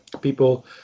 people